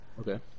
Okay